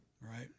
Right